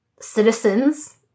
citizens